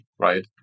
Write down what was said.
right